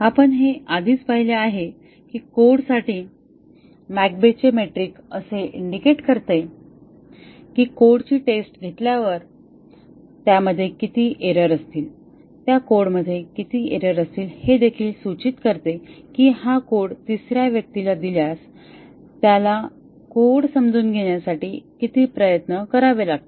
आपण हे आधीच पाहिले आहे की कोडसाठी मॅककेबचे मेट्रिक असे इंडिकेट करते की कोडची टेस्ट घेतल्यावर त्यामध्ये किती एरर असतील त्या कोडमध्ये किती एरर असतील हे देखील सूचित करते की हा कोड तिसऱ्या व्यक्तीला दिल्यास त्याला कोड समजून घेण्यासाठी किती प्रयत्न करावे लागतील